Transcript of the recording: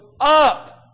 up